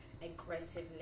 aggressiveness